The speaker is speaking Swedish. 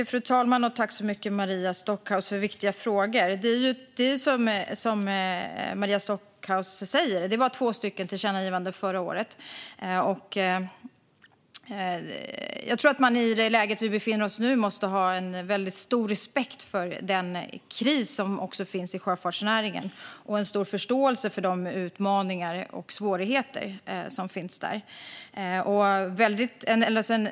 Fru talman! Tack så mycket, Maria Stockhaus, för viktiga frågor! Som Maria Stockhaus säger var det två tillkännagivanden förra året. Jag tror att vi i det läge som vi befinner oss i nu måste ha en väldigt stor respekt för den kris som också finns i sjöfartsnäringen och en stor förståelse för de utmaningar och svårigheter som finns där.